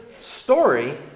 story